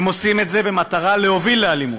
הם עושים את זה במטרה להוביל לאלימות,